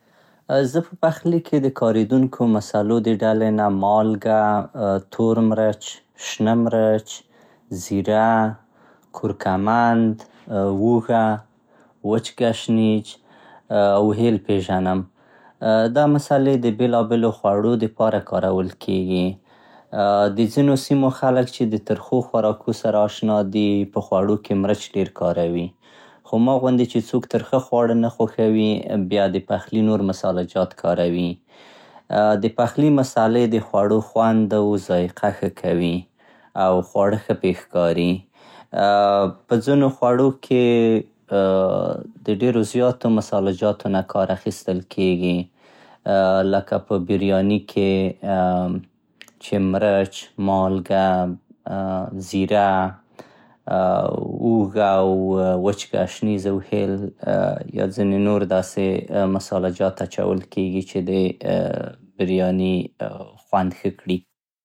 زه په پخلي کې د کارېدونکو مصلو د ډلې نه مالګه, تور مرچ, شنه مرچ, زيره, کورکمند, هوږه, وچ ګشنيج او هېل پېژنم. دا مصلې د بېلابېلو خوړو دپاره کارول کېږي. د ځينو سيمو خلک چې د ترخو خوړو سره اشنا دي, په خوړو کې مرچ ډېر کاروي; خو ما غوندې چې څوک ترخه خواړه نه خوښوي, بيا د پخلي نور مصاله جات کاروي. د پخلي مصلې د خوړو خوند او ذايقه ښه کوي او خواړه ښه پې ښکاري. په ځينو خوړو کې د ډېرو زياتو مصاله جاتو نه کار اخيستل کېږي لکه په برياني کې چې مرچ, مالګه, زيره, هوږه او وچ ګشنيز او هېل او داسې نور مصاله جات اچول کېږي چې د برياني خوند ښه کړي.